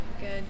good